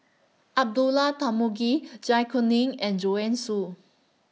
Abdullah Tarmugi Zai Kuning and Joanne Soo